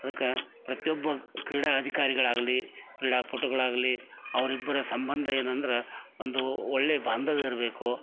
ಅದಕ್ಕೆ ಪ್ರತಿಯೊಬ್ಬ ಕ್ರೀಡಾ ಅಧಿಕಾರಿಗಳಾಗಲೀ ಕ್ರೀಡಾಪಟುಗಳಾಗಲೀ ಅವ್ರಿಬ್ಬರ ಸಂಬಂಧ ಏನಂದ್ರೆ ಒಂದು ಒಳ್ಳೆಯ ಬಾಂಧವ್ಯ ಇರಬೇಕು